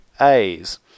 A's